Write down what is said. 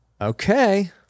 Okay